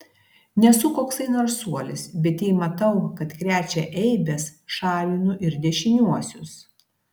nesu koksai narsuolis bet jei matau kad krečia eibes šalinu ir dešiniuosius